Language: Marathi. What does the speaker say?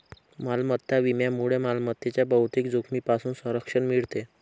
मालमत्ता विम्यामुळे मालमत्तेच्या बहुतेक जोखमींपासून संरक्षण मिळते